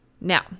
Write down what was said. now